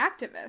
activists